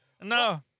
no